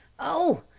oh!